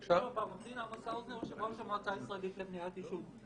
ראש המועצה הישראלית למניעת עישון.